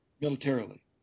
militarily